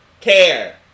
care